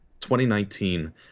2019